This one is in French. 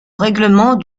règlement